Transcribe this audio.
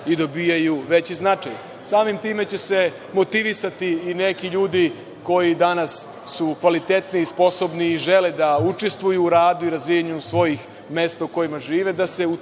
i dobijaju veći značaj. Samim tim će se motivisati i neki ljudi koji su danas kvalitetni, sposobni i žele da učestvuju u radu i razvijanju svojih mesta u kojima žive, da se u